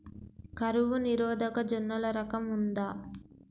కరువు నిరోధక జొన్నల రకం ఉందా?